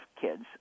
kids